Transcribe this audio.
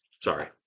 Sorry